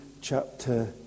chapter